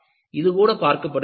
இது கூட பார்க்கப்படுகிறது